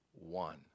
one